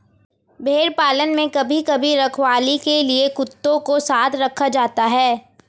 भेड़ पालन में कभी कभी रखवाली के लिए कुत्तों को साथ रखा जाता है